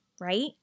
right